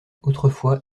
autrefois